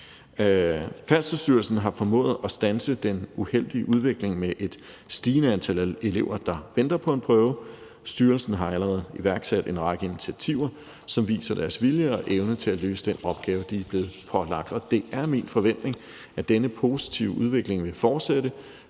Færdselsstyrelsen har formået at standse den uheldige udvikling med et stigende antal elever, der venter på en prøve, og styrelsen har allerede iværksat en række initiativer, som viser deres vilje og evne til at løse den opgave, de er blevet pålagt. Og det er min forventning, at denne positive udvikling vil fortsætte